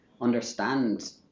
understand